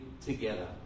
together